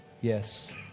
Yes